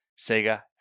Sega